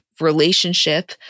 relationship